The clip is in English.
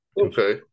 okay